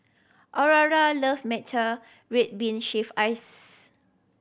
Aurora love matcha red bean shaved ice